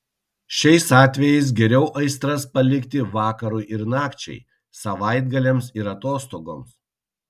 šiais atvejais geriau aistras palikti vakarui ir nakčiai savaitgaliams ir atostogoms